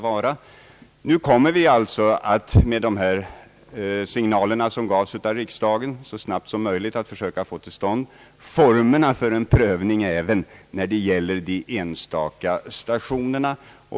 Vi kommer alltså att med de signaler som gavs av riksdagen så snabbt som möjligt försöka få till stånd former för en prövning av frågorna om nedläggning av enskilda stationer.